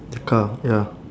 the car ya